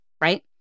right